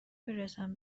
برسم